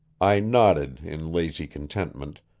i nodded in lazy contentment,